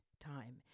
time